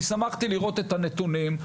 אני שמחתי לראות את הנתונים.